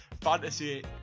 fantasy